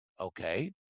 Okay